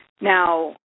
Now